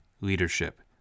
leadership